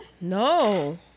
No